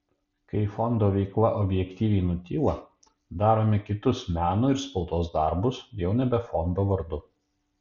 kai fondo veikla objektyviai nutyla darome kitus meno ir spaudos darbus jau nebe fondo vardu